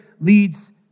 leads